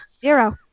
Zero